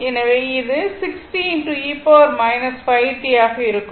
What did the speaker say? எனவே இது ஆக இருக்கும்